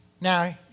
Now